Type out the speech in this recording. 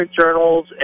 journals